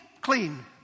clean